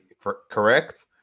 Correct